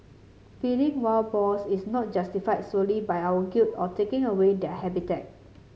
feeding wild boars is not justified solely by our guilt of taking away their habitat